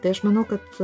tai aš manau kad